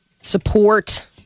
Support